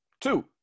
Two